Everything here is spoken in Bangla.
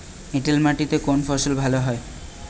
এঁটেল মাটিতে কোন ফসল ভালো হয়?